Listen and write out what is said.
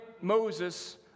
Moses